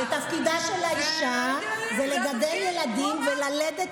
אבי מעוז אמר שתפקידה של אישה זה ללדת ילדים.